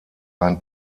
ein